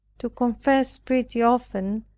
to confess pretty often,